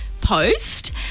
post